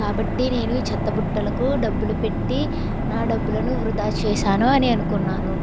కాబట్టి నేను ఈ చెత్తబుట్టలకు డబ్బులు పెట్టి నా డబ్బులను వృధా చేశాను అని అనుకున్నాను